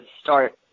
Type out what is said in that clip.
start